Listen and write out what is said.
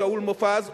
שאול מופז,